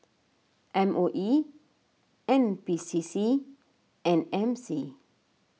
M O E N P C C and M C